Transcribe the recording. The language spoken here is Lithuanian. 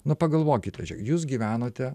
nu pagalvokite jūs gyvenote